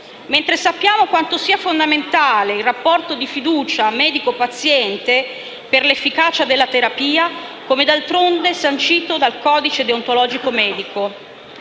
invece quanto sia fondamentale il rapporto di fiducia medico-paziente per l'efficacia della terapia, come d'altronde sancito nel codice deontologico medico.